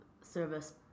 service